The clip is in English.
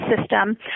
system